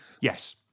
Yes